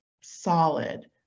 solid